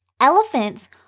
elephants